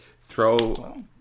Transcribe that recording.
throw